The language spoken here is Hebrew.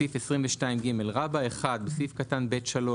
בסעיף 22ג (1)בסעיף קטן (ב)(3),